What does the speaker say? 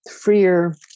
freer